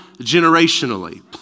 generationally